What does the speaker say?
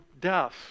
death